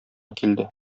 килде